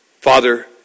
Father